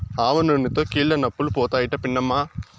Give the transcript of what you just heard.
ఆవనూనెతో కీళ్లనొప్పులు పోతాయట పిన్నమ్మా